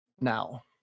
now